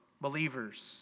believers